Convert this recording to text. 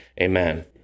amen